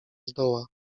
zdoła